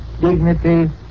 dignity